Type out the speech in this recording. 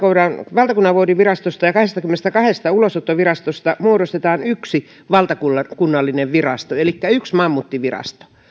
valtakunnanvoudinvirastosta ja kahdestakymmenestäkahdesta ulosottovirastosta muodostetaan yksi valtakunnallinen virasto elikkä yksi mammuttivirasto